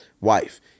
wife